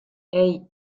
hey